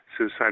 suicide